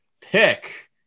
pick